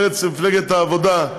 למרצ, למפלגת העבודה.